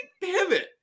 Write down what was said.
pivot